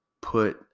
put